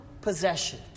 possession